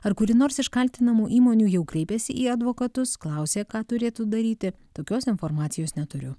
ar kuri nors iš kaltinamų įmonių jau kreipėsi į advokatus klausė ką turėtų daryti tokios informacijos neturiu